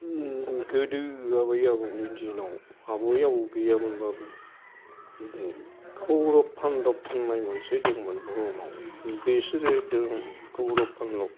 गोदो आबै आबौनि दिनाव आबै आबौ गैयामोनबाबो जों कौरभ फानदब होननाय मोनसे दंमोन बुहुमाव बेसोरो कौरभ फानदब